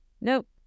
Nope